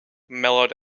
mellowed